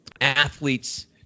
athletes